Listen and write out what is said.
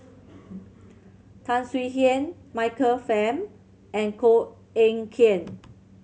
Tan Swie Hian Michael Fam and Koh Eng Kian